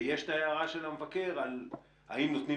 ויש את הערה של המבקר על האם נותנים